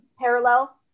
parallel